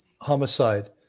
homicide